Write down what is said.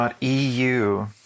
.eu